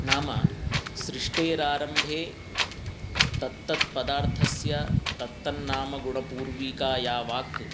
नाम सृष्टेरारम्भे तत् तत् पदार्थस्य तत् तन्नाम गुणपूर्विकायावाक्